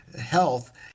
health